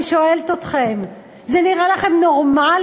אני שואלת אתכם, זה נראה לכם נורמלי?